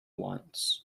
once